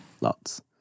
Lots